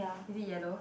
is it yellow